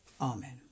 Amen